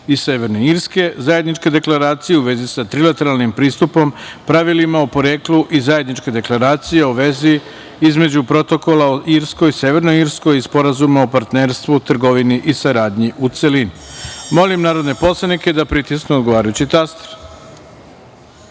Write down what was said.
i Severne Irske, Zajedničke deklaracije u vezi sa trilateralnim pristupom, pravilima o poreklu i zajedničke deklaracije o vezi između Protokola o Irskoj, Severnoj Irskoj i Sporazuma o partnerstvu, trgovini i saradnji, u celini. Molim narodne poslanike da pritisnu odgovarajući